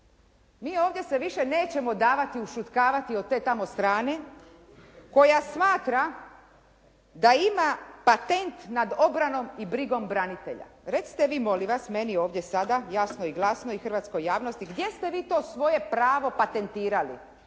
mi ovdje se više nećemo davati ušutkavati od te tamo strane koja smatra da ima patent nad obranom i brigom branitelja. Recite vi meni molim vas ovdje sada jasno i glasno i hrvatskoj javnosti gdje ste vi to svoje pravo patentirali,